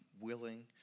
willing